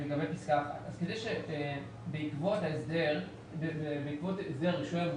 בעקבות הסדר הרישוי,